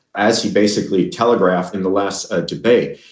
as he basically telegraphed in the last ah debate,